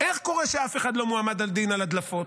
איך קורה שאף אחד לא מועמד לדין על הדלפות?